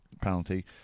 penalty